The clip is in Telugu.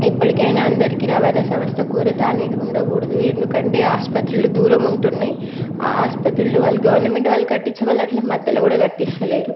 ఎప్పటికైనా అందరికీ రవాణా సంస్థ కొరత అనేది ఉండకూడదు ఎందుకంటే ఆసుపత్రులు దూరం ఉంటున్నాయి ఆ ఆసుపత్రులు వాళ్ళు గవర్నమెంట్ వాళ్ళు కట్టించే వాళ్ళు అట్లా మధ్యలో కూడా కట్టిస్తలేరు